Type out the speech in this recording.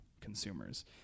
consumers